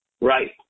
Right